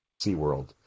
SeaWorld